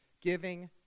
giving